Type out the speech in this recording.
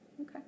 Okay